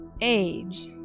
age